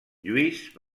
lluís